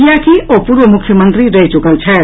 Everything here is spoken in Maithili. किएकि ओ पूर्व मुख्यमंत्री रहि चुकल छथि